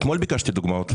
ודאי, אתמול ביקשתי דוגמאות.